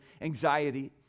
anxiety